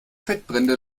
fettbrände